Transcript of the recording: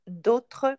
d'autres